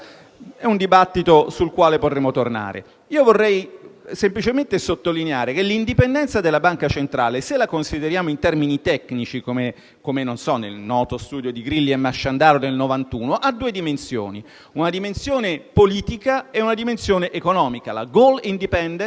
È un dibattito sul quale potremo tornare. Vorrei semplicemente sottolineare che l'indipendenza della banca centrale, se la consideriamo in termini tecnici come nel noto studio di Grilli e Masciandaro del 1991, ha due dimensioni, una politica e una economica (la *goal* *independence*,